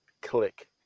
click